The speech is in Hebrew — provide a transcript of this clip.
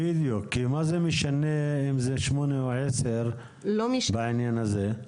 בדיוק, כי מה זה משנה אם זה 8 או 10 בעניין הזה?